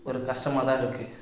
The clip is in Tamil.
ஒரு கஷ்டமாகதான் இருக்கு